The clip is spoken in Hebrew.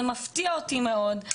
זה מפתיע אותי מאוד.